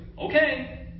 Okay